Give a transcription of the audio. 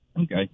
Okay